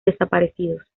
desaparecidos